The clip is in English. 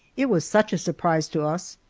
it was such a surprise to us,